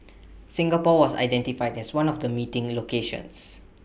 Singapore was identified as one of the meeting locations